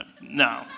No